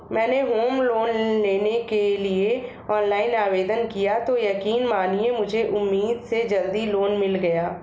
मैंने home loan लेने के लिए ऑनलाइन आवेदन किया तो यकीन मानिए मुझे उम्मीद से जल्दी लोन मिल गया